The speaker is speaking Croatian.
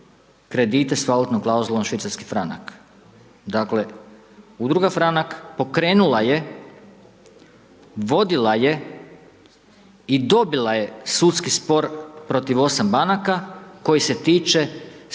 kredite sa valutnom klauzulom švicarski franak. Dakle Udruga Franak pokrenula je, vodila je i dobila je sudski spor protiv 8 banaka koji se tiče 125 tisuća